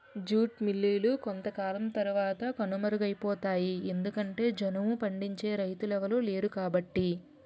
jute మిల్లులు కొంతకాలం తరవాత కనుమరుగైపోతాయి ఎందుకంటె జనుము పండించే రైతులెవలు లేరుకాబట్టి